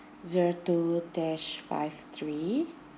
zero two dash five three